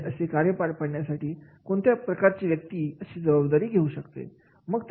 म्हणजे असे कार्य पार पाडण्यासाठी कोणत्या प्रकारची व्यक्ती अशी जबाबदारी घेऊ शकते